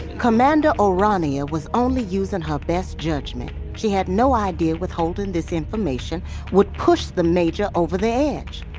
commander o'rania was only using her best judgement. she had no idea withholding this information would push the major over the edge.